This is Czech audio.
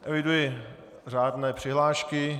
Eviduji řádné přihlášky.